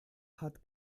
hat